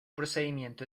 procedimiento